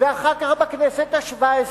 ואחר כך בכנסת השבע-עשרה,